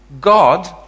God